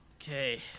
Okay